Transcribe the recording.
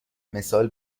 مثال